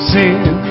sin